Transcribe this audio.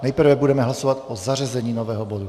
Nejprve budeme hlasovat o zařazení nového bodu.